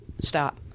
Stop